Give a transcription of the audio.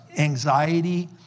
anxiety